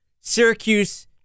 Syracuse